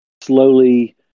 slowly